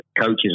coaches